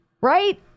right